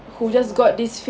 oh